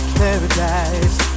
paradise